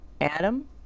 Adam